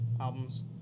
albums